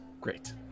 great